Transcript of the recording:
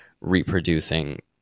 reproducing